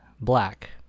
black